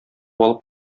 алып